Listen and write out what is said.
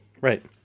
Right